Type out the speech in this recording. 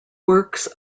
works